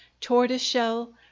tortoiseshell